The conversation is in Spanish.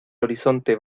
horizonte